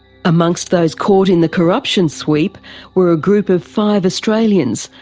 amongst those caught in the corruption sweep were a group of five australians,